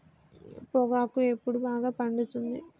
పొగాకు ఎప్పుడు బాగా పండుతుంది?